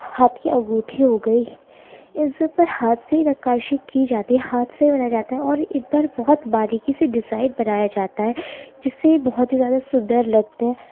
ہاتھ کی انگوٹھی ہو گئی ان سب پر ہاتھ سے نقاشی کی جاتی ہے ہاتھ سے بنائے جاتے ہیں اور ان پر بہت باریکی سے ڈیزائن بنایا جاتا ہے جس سے بہت ہی زیادہ سندر لگتے ہیں